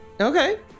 Okay